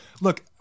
look